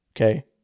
Okay